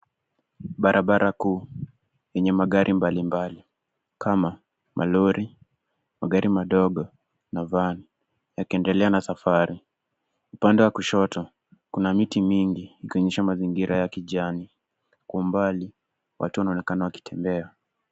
Barabara kuu yenye magari mbali mbali kama malori, magari madogo na van yakiendelea na safari. Upande wa kushoto kuna miti mingi ikionyesha mazingira ya kijani. Kwa umbali watu wanaonekana wakitembea.